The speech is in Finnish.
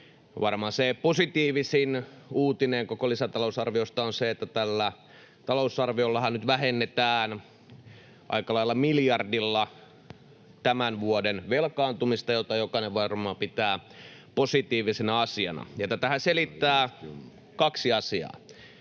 Varmaan se positiivisin uutinen koko lisätalousarviosta on se, että tällä talousarviollahan nyt vähennetään aika lailla miljardilla tämän vuoden velkaantumista, mitä jokainen varmaan pitää positiivisena asiana. Ja tätähän selittävät kaksi asiaa: